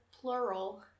plural